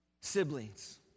Siblings